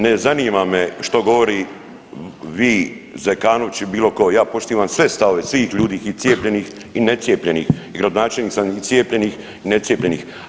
Ne zanima me što govori vi, Zekanović ili bilo ko, ja poštivam sve stavove, svih ljudi i cijepljenih i necijepljenih jer gradonačelnik sam i cijepljenih i necijepljenih.